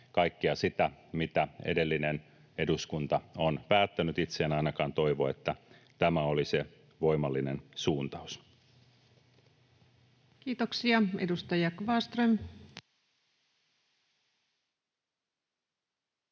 kaikkea sitä, mitä edellinen eduskunta on päättänyt? Itse en ainakaan toivo, että tämä olisi se voimallinen suuntaus. Kiitoksia. — Edustaja Kvarnström.